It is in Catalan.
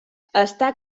està